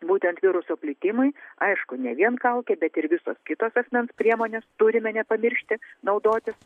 būtent viruso plitimui aišku ne vien kaukė bet ir visos kitos asmens priemonės turime nepamiršti naudotis